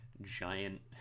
giant